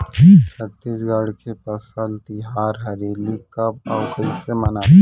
छत्तीसगढ़ के फसल तिहार हरेली कब अउ कइसे मनाथे?